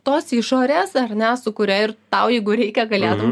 tos išorės ar ne su kuria ir tau jeigu reikia galėtum